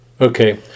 Okay